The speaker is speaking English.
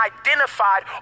identified